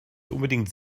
unbedingt